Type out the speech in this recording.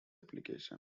application